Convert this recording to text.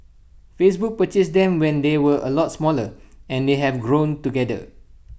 Facebook purchased them when they were A lot smaller and they have grown together